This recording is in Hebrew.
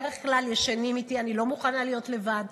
בדרך כלל ישנים איתי, אני לא מוכנה להיות לבד.